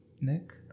nick